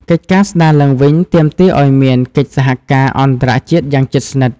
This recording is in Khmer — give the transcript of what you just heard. កិច្ចការស្ដារឡើងវិញទាមទារឱ្យមានកិច្ចសហការអន្តរជាតិយ៉ាងជិតស្និទ្ធ។